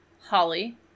Holly